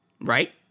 Right